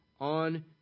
on